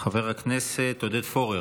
חבר הכנסת עודד פורר,